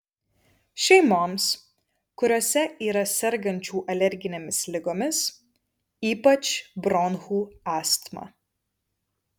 šeimoms kuriose yra sergančių alerginėmis ligomis ypač bronchų astma